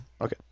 Okay